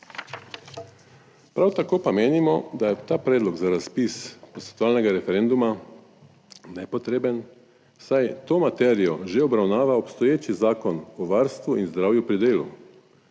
Prav tako pa menimo, da je ta predlog za razpis posvetovalnega referenduma nepotreben, saj to materijo že obravnava obstoječi Zakon o varstvu in zdravju pri delu.